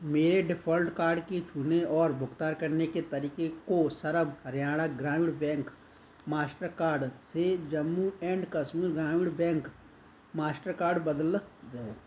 मेरे default card की चुनें और भुगतान करने के तरीके को सर्व हरियाणा ग्रामीण बैंक मास्टरकार्ड से Jammu and Kashmir Gramin bank Mastercard बदल दो